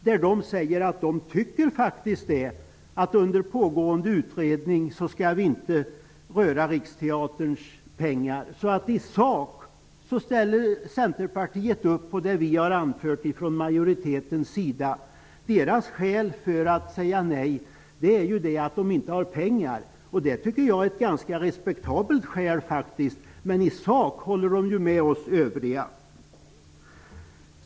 Där säger de att de faktiskt inte tycker att vi skall röra I sak ställer Centerpartiet upp på det majoriteten har anfört. Centerns skäl för att säga nej är att man inte har pengar, och det tycker jag är ett ganska respektabelt skäl. Men i sak håller Centern med oss övriga.